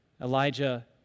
Elijah